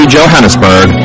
Johannesburg